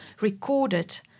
recorded